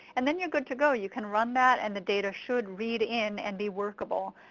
and then youre good to go. you can run that, and the data should read in and be workable